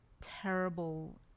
terrible